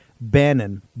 Bannon